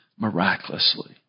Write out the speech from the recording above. Miraculously